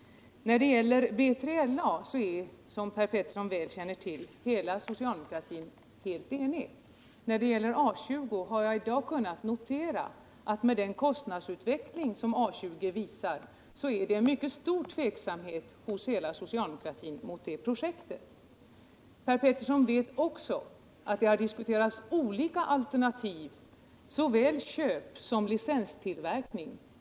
När det gäller B3LA är socialdemokratin, som Per Petersson väl känner till. helt enig. När det gäller A 20 vill jag säga att jag i dag med glädje har kunnat konstatera en mycket stor tveksamhet hos hela socialdemokratin mot A 20 projektet med den kostnadsutveckling som detta visar. Per Petersson vet också att det har diskuterats olika alternativ, såväl köp som licenstillverkning.